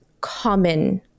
common